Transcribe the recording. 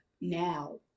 now